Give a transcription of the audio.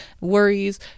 worries